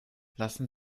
lassen